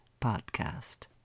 podcast